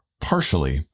partially